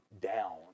down